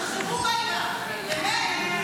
תשחררו רגע, באמת.